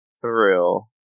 thrill